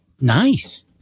nice